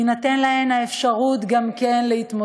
תינתן גם להן האפשרות להתמודד.